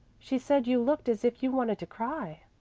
she said you looked as if you wanted to cry.